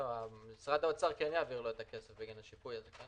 משרד האוצר כן יעביר לו את הכסף בגין השיפוי הזה.